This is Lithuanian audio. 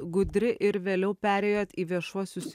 gudri ir vėliau perėjot į viešuosius